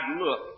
look